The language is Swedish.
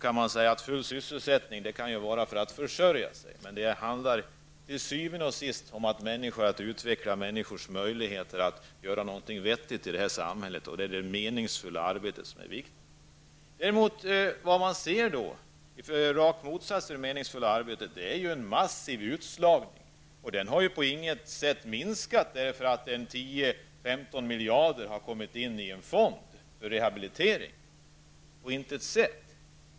Att hävda den fulla sysselsättningen kan gälla att ge människor möjligheter att försörja sig, men det handlar til syvende og sidst om att utveckla människors möjligheter att göra någonting vettigt i det här samhället. Det är då det meningsfulla arbetet som är viktigt. Men i rak motsats till att människor har meningsfulla arbeten ser vi nu en massiv utslagning, och utslagningen har ju på intet sätt minskat på grund av att 10 miljarder eller 15 miljarder har kommit in i en fond för rehabilitering.